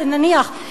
נניח,